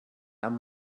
tan